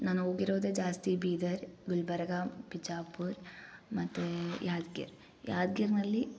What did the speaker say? ನಾನು ಹೋಗಿರೋದೇ ಜಾಸ್ತಿ ಬೀದರ್ ಗುಲ್ಬರ್ಗ ಬಿಜಾಪುರ ಮತ್ತು ಯಾದ್ಗೀರಿ ಯಾದ್ಗೀರಿನಲ್ಲಿ